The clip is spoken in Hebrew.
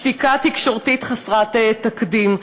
שתיקה תקשורתית חסרת תקדים.